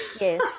yes